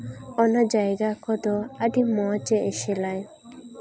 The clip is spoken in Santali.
ᱚᱱᱟ ᱡᱟᱭᱜᱟ ᱠᱚᱫᱚ ᱟᱹᱰᱤ ᱢᱚᱡᱽ ᱮ ᱮᱥᱮᱞᱟᱭ